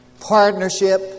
partnership